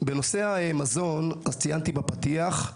בנושא המזון ציינתי בפתיח: